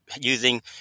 using